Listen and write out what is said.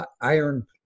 iron